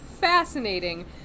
fascinating